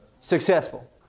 Successful